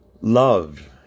love